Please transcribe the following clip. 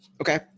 Okay